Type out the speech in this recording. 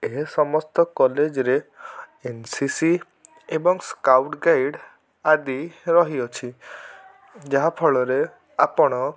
ଏ ସମସ୍ତ କଲେଜ୍ରେ N C C ଏବଂ ସ୍କାଉଟ୍ ଗାଇଡ଼୍ ଆଦି ରହିଅଛି ଯାହା ଫଳରେ ଆପଣ